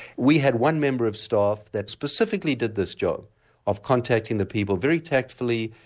we had one member of staff that specifically did this job of contacting the people, very tactfully,